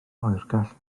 oergell